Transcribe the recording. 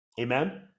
Amen